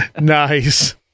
Nice